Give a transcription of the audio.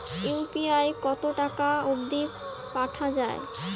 UPI কতো টাকা অব্দি পাঠা যায়?